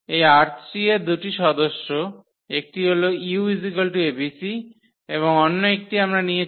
এই ℝ3 এর 2 টি সদস্য একটি হল uabc এবং অন্য একটি আমরা নিয়েছি v a′b′c′